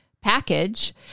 package